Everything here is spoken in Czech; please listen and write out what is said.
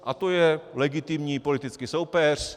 A to je legitimní politický soupeř.